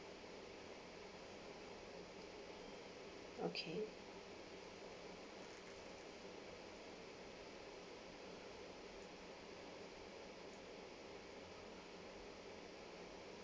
okay